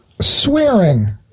swearing